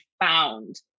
found